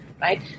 right